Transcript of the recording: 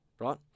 right